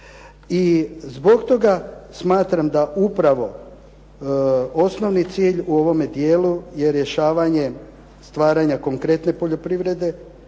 I zbog toga smatram da upravo osnovni cilj u ovome dijelu je rješavanje stvaranja konkretne poljoprivrede,